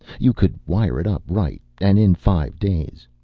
you could wire it up right, and in five days.